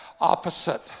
opposite